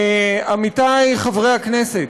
עמיתי חברי הכנסת,